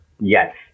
yes